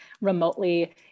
remotely